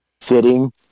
sitting